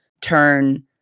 turn